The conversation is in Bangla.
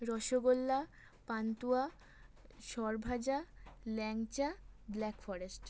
রসগোল্লা পান্তুয়া সর ভাজা ল্যাংচা ব্ল্যাক ফরেস্ট